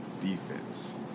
defense